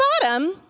bottom